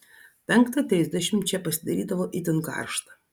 penktą trisdešimt čia pasidarydavo itin karšta